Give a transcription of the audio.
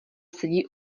sedí